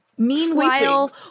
Meanwhile